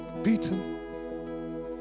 beaten